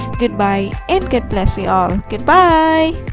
goodbye and god bless you all! goodbye!